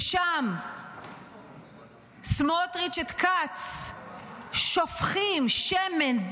שם סמוטריץ' את כץ שופכים שמן,